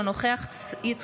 אינו